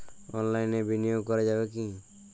অনলাইনে বিনিয়োগ করা যাবে কি?